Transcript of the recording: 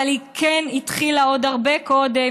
אבל היא כן התחילה עוד הרבה קודם,